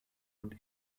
und